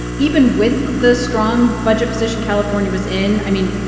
even with the strong budget position california was in, i mean,